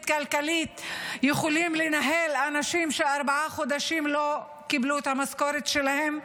כלכלית יכולים לנהל אנשים שארבעה חודשים לא קיבלו את המשכורת שלהם,